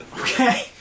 Okay